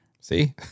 See